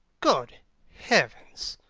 good heavens!